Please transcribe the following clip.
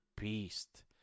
beast